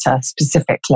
specifically